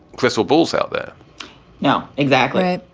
crystal bulls out there now exactly.